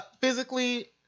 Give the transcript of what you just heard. Physically